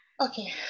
okay